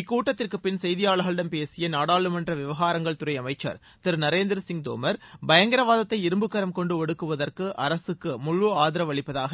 இக்கூட்டத்திற்குப் பின் செய்தியாளர்களிடம் பேசிய நாடாளுமன்ற விவகாரங்கள் துறை அமைச்சர் திரு நரேந்திர சின் தோமர் பயங்கரவாதத்தை இரும்புக் கரம் கொண்டு ஒடுக்குவதற்கு அரசுக்கு முழு ஆதரவு அளிப்பதாக